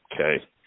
okay